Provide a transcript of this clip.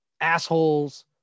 assholes